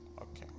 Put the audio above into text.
Okay